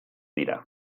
dira